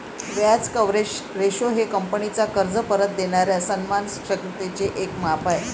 व्याज coverage ratio हे कंपनीचा कर्ज परत देणाऱ्या सन्मान क्षमतेचे एक माप आहे